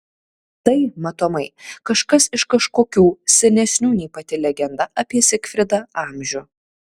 tai matomai kažkas iš kažkokių senesnių nei pati legenda apie zigfridą amžių